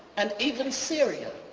and even syria.